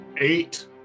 Eight